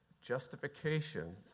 justification